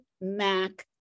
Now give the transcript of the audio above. Mac